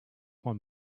one